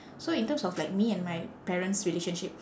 so in terms of like me and my parents relationship